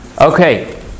Okay